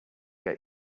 get